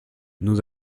nous